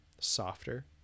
softer